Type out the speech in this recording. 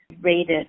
rated